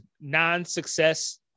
non-success